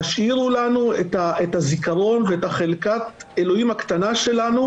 תשאירו לנו את הזיכרון ואת חלקת האלוהים הקטנה שלנו